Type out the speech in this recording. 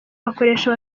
bakoresha